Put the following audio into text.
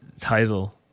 title